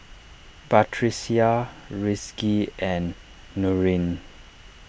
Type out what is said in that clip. Batrisya Rizqi and Nurin